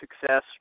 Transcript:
success